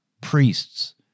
priests